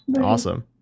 Awesome